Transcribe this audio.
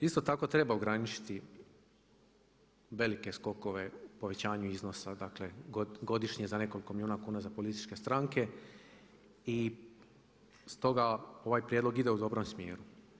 Isto tako treba ograničiti velike skokova u povećanju iznosa, dakle godišnje za nekoliko milijuna kuna za političke stranke i stoga ovaj prijedlog ide u dobrom smjeru.